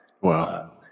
Wow